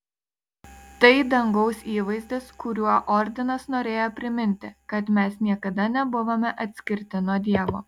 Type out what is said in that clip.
tai dangaus įvaizdis kuriuo ordinas norėjo priminti kad mes niekada nebuvome atskirti nuo dievo